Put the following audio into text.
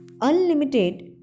unlimited